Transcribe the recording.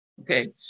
Okay